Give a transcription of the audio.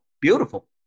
Beautiful